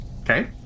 Okay